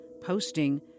posting